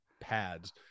pads